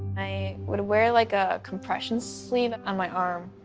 i would wear like a compression sleeve on my arm